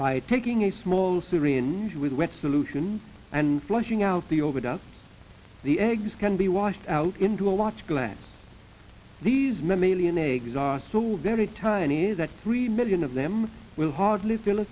by taking a small syrian with wet solution and flushing out the overdubs the eggs can be washed out into a large glass these million eggs are so very tiny that three million of them will hardly feel a